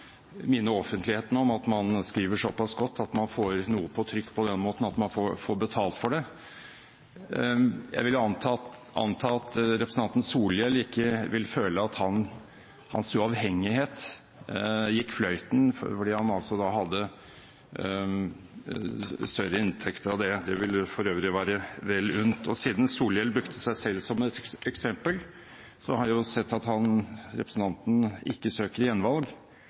minne offentligheten om at man skriver såpass godt at man får noe på trykk på den måten, og at man får betalt for det – ikke er aktuelt i den sammenhengen. Jeg vil anta at representanten Solhjell ikke ville føle at hans uavhengighet gikk fløyten om han hadde større inntekter av det. Det ville for øvrig være ham vel unt. Solhjell brukte seg selv som et eksempel, og jeg har sett at han ikke søker